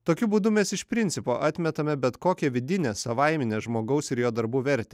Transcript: tokiu būdu mes iš principo atmetame bet kokią vidinę savaiminę žmogaus ir jo darbų vertę